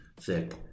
thick